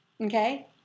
Okay